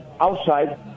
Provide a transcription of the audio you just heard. outside